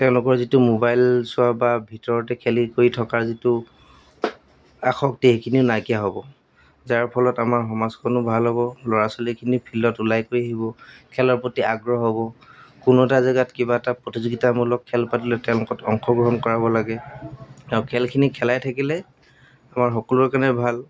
তেওঁলোকৰ যিটো মোবাইল চোৱা বা ভিতৰতে খেলি কৰি থকাৰ যিটো আসক্তি সেইখিনিও নাইকিয়া হ'ব যাৰ ফলত আমাৰ সমাজখনো ভাল হ'ব ল'ৰা ছোৱালীখিনি ফিল্ডত ওলাই কৰি আহিব খেলৰ প্ৰতি আগ্ৰহ হ'ব কোনো এটা জেগাত কিবা এটা প্ৰতিযোগিতামূলক খেল পাতিলে তেওঁলোকক অংশগ্ৰহণ কৰাব লাগে আৰু খেলখিনি খেলাই থাকিলে আমাৰ সকলোৰে কাৰণে ভাল